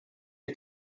ist